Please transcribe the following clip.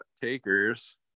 Takers